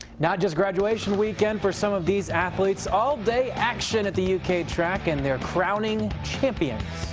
not just graduation weekend for some of these athletes. all day action at the u k track. and they're crowning champions.